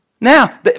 Now